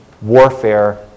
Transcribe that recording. warfare